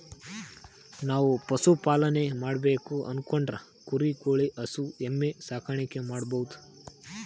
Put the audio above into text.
ನಾವ್ ಪಶುಪಾಲನೆ ಮಾಡ್ಬೇಕು ಅನ್ಕೊಂಡ್ರ ಕುರಿ ಕೋಳಿ ಹಸು ಎಮ್ಮಿ ಸಾಕಾಣಿಕೆ ಮಾಡಬಹುದ್